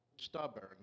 Stubborn